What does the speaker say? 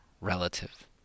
relative